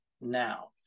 now